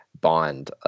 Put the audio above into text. bond